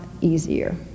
easier